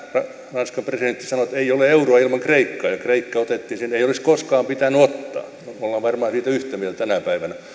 ranskan presidentti sanoi ettei ole euroa ilman kreikkaa ja kreikka otettiin sinne ei olisi koskaan pitänyt ottaa me olemme varmaan siitä yhtä mieltä tänä päivänä